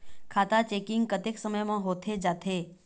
खाता चेकिंग कतेक समय म होथे जाथे?